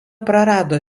prarado